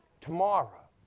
Tomorrow